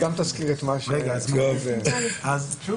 לא.